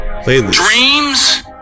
dreams